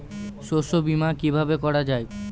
শস্য বীমা কিভাবে করা যায়?